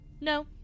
No